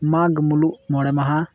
ᱢᱟᱜᱽ ᱢᱩᱞᱩᱜ ᱢᱚᱬᱮ ᱢᱟᱦᱟ